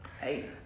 hey